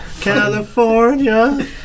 California